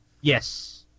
yes